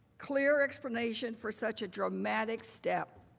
clear explanation for such a dramatic step.